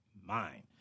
mind